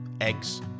eggs